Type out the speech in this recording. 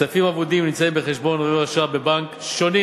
כספים אבודים הנמצאים בחשבון עובר-ושב בבנק שונים